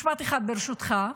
משפט אחד, ברשותך.